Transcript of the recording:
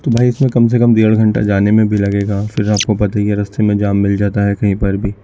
تو بھائی اس میں کم سے کم دیڑھ گھنٹہ جانے میں بھی لگے گا پھر آپ کو پتا ہی ہے راستے میں جام مل جاتا ہے کہیں پر بھی